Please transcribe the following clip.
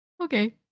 Okay